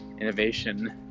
innovation